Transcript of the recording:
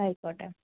ആയിക്കോട്ടെ